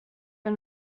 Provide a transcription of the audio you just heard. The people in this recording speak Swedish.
för